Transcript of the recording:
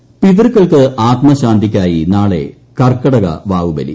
ബലിതർപ്പണം പിതൃക്കൾക്ക് ആത്മശാന്തിക്കായി നാളെ കർക്കടക വാവുബലി